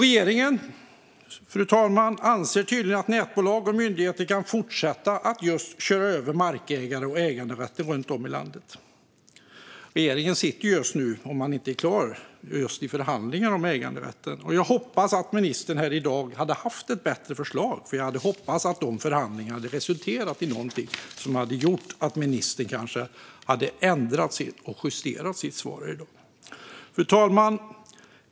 Regeringen anser tydligen att nätbolag och myndigheter kan fortsätta att köra över markägare och äganderätten runt om i landet. Regeringen sitter just nu, om man inte är klar, i förhandlingar om äganderätten. Jag hade hoppats att ministern här i dag skulle ha haft ett bättre förslag. Jag hade hoppats att de förhandlingarna skulle ha resulterat i någonting som hade gjort att ministern hade ändrat och justerat sitt svar i dag. Fru talman!